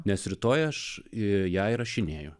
nes rytoj aš ją įrašinėju